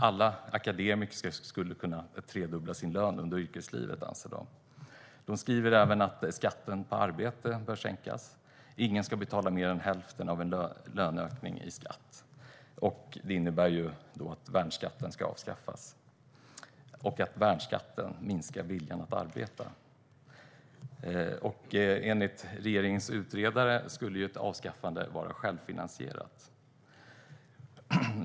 Alla akademiker ska kunna tredubbla sin lön under yrkeslivet, anser de. De skriver även att skatten på arbete bör sänkas och att ingen ska betala mer än hälften av en löneökning i skatt. Det innebär att värnskatten ska avskaffas. Värnskatten minskar viljan att arbeta. Enligt regeringens utredare skulle ett avskaffande vara självfinansierat.